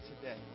today